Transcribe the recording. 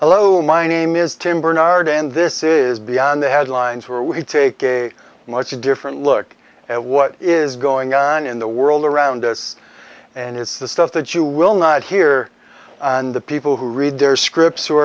hello my name is tim barnard and this is beyond the headlines where we take a much different look at what is going on in the world around us and it's the stuff that you will not hear and the people who read their scripts who